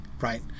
right